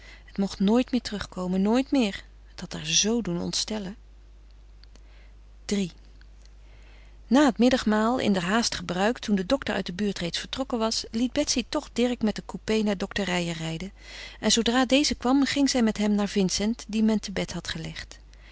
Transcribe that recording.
het mocht nooit meer terugkomen nooit meer het had haar zoo doen ontstellen iii na het middagmaal inderhaast gebruikt toen de dokter uit de buurt reeds vertrokken was liet betsy toch dirk met den coupé naar dokter reijer rijden en zoodra deze kwam ging zij met hem naar vincent dien men te bed had gelegd